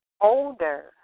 older